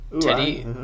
teddy